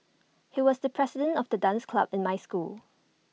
he was the president of the dance club in my school